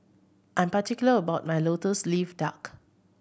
I'm particular about my Lotus Leaf Duck